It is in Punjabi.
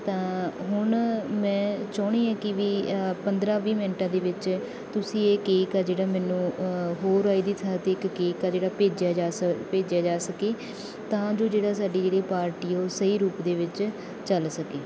ਤਾਂ ਹੁਣ ਮੈਂ ਚਾਹੁੰਦੀ ਹਾਂ ਕਿ ਵੀ ਪੰਦਰਾਂ ਵੀਹ ਮਿੰਟਾਂ ਦੇ ਵਿੱਚ ਤੁਸੀਂ ਇਹ ਕੇਕ ਆ ਜਿਹੜਾ ਮੈਨੂੰ ਹੋਰ ਇਹ ਦੀ ਥਾਂ 'ਤੇ ਇੱਕ ਕੇਕ ਆ ਜਿਹੜਾ ਭੇਜਿਆ ਜਾ ਸ ਭੇਜਿਆ ਜਾ ਸਕੇ ਤਾਂ ਜੋ ਜਿਹੜਾ ਸਾਡੀ ਜਿਹੜੀ ਪਾਰਟੀ ਆ ਉਹ ਸਹੀ ਰੂਪ ਦੇ ਵਿੱਚ ਚੱਲ ਸਕੇ